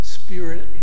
spirit